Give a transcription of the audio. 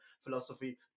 philosophy